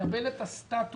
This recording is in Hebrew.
מקבל את הסטטוס